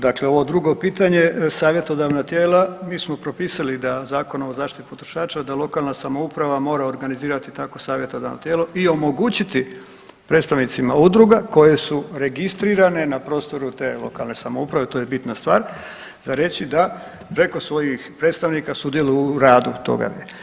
Dakle, ovo drugo pitanje savjetodavna tijela, mi smo propisali da Zakonom o zaštiti potrošača da lokalna samouprava mora organizirati takvo savjetodavno tijelo i omogućiti predstavnicima udruga koje su registrirane na prostoru te lokalne samouprave, to je bitna stvar za reći, da preko svojih predstavnika sudjeluju u radu toga.